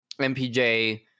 MPJ